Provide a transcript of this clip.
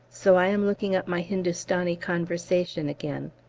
so i am looking up my hindustani conversation again.